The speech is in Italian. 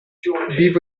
vivo